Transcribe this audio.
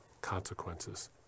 consequences